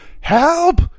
help